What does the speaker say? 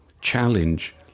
challenge